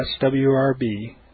swrb